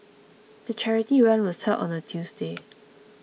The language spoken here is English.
the charity run was held on a Tuesday